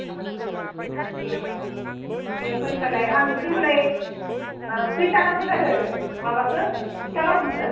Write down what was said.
दे दे फै होमब्लालाय आं एसे होमब्लालाय खैथा नांगौ जादो माबाखो फिथा लावदुमखो